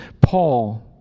Paul